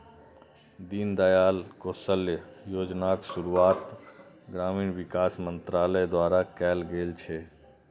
दीनदयाल कौशल्य योजनाक शुरुआत ग्रामीण विकास मंत्रालय द्वारा कैल गेल छै